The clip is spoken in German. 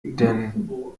denn